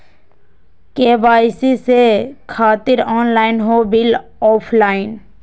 KYC से खातिर online हो बिल ऑफलाइन?